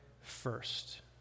first